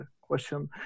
question